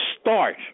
start